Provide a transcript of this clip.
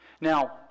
Now